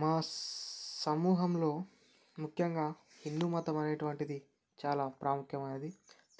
మా సమూహంలో ముఖ్యంగా హిందూ మతం అనేటువంటిది చాలా ప్రాముఖ్యమైనది